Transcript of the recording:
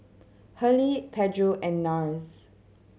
Hurley Pedro and Nars